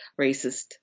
racist